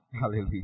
Hallelujah